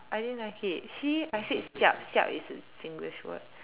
I didn't like it see I said siab siab is a Singlish word